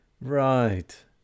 Right